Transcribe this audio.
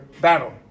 battle